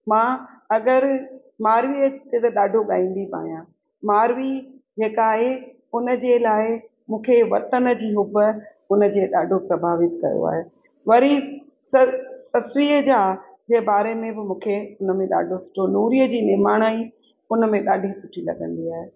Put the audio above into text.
मां अगरि मारवीअ ते ॾाढो ॻाईंदी बि आहियां मारवी जेका आहे उन जे लाइ मूंखे वतन जी हुब उन जे ॾाढो प्रभावित कयो आहे वरी स ससूईअ जा जे बारे में बि मूंखे हुन में ॾाढो सुठो नूरीअ जी निमाणाई उन में ॾाढी सुठी लॻंदी आहे